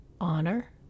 honor